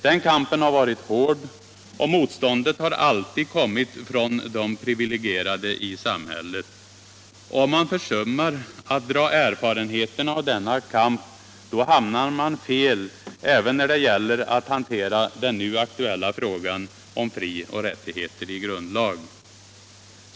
Den kampen har varit hård, och motståndet har alltid kommit från de privilegierade i samhället. Om man försummar att lära av erfarenheterna av denna kamp, då hamnar man fel även när det gäller att hantera den nu aktuella frågan om frioch rättigheter i grundlag.